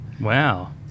wow